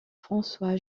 françois